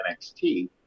NXT